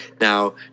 Now